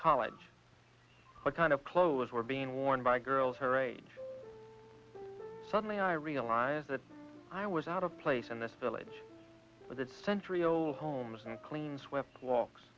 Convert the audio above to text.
college what kind of clothes were being worn by girls her age suddenly i realized that i was out of place in this village with a century old homes and clean swept walks